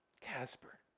Casper